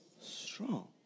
strong